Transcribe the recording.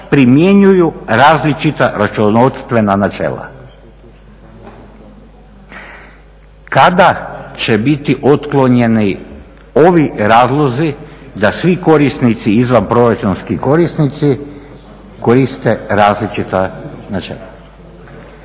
primjenjuju različita računovodstvena načela. Kada će biti otklonjeni ovi razlozi da svi korisnici i izvanproračunski korisnici koriste različita načela?